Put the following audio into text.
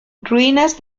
ruinas